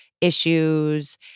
issues